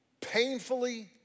painfully